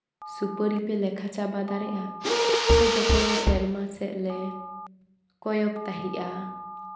ᱥᱩᱯᱟᱹᱨᱤ ᱯᱮ ᱞᱮᱠᱷᱟ ᱪᱟᱵᱟ ᱫᱟᱲᱮᱭᱟᱜᱼᱟ ᱥᱮ ᱡᱚᱠᱷᱚᱱ ᱥᱮᱨᱢᱟ ᱥᱮᱜ ᱞᱮ ᱠᱚᱭᱚᱜ ᱛᱟᱦᱮᱸᱜᱼᱟ